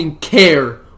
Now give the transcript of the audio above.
Care